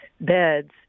beds